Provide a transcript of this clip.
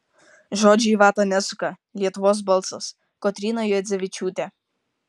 žodžių į vatą nesuka lietuvos balsas kotryna juodzevičiūtė